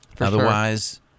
Otherwise